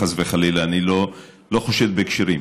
חס וחלילה, אני לא חושד בכשרים.